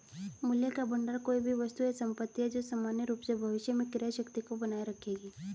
मूल्य का भंडार कोई भी वस्तु या संपत्ति है जो सामान्य रूप से भविष्य में क्रय शक्ति को बनाए रखेगी